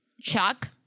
Chuck-